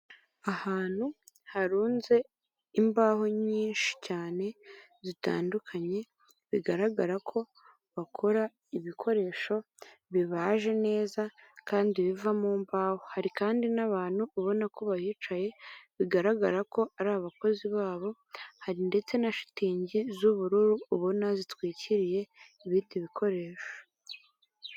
Ahantu harunze imbaho nyinshi cyane zitandukanye bigaragara ko bakora ibikoresho bibaje neza kandi biva mu mbaho, hari kandi n'abantu ubona ko bahicaye bigaragara ko ari abakozi babo hari ndetse na shitingi z'ubururu ubona zitwikiriye ibindi bikoresho.